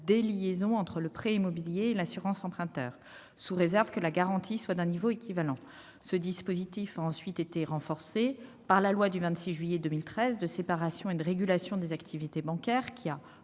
déliaison entre le prêt immobilier et l'assurance emprunteur, sous réserve que la garantie soit d'un niveau équivalent. Ce dispositif a ensuite été renforcé par la loi du 26 juillet 2013 de séparation et de régulation des activités bancaires, qui a